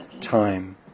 time